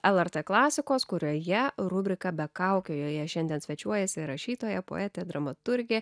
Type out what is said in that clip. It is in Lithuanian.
lrt klasikos kurioje rubrika be kaukių joje šiandien svečiuojasi rašytoja poetė dramaturgė